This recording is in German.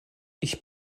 ich